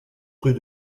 rue